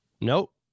Nope